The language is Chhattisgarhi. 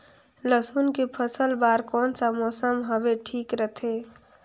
लसुन के फसल बार कोन सा मौसम हवे ठीक रथे?